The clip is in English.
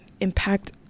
impact